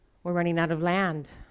we're running out of land.